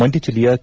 ಮಂಡ್ಯ ಜಿಲ್ಲೆಯ ಕೆ